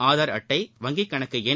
ஆதார் அட்டை வங்கிக்கணக்கு எண்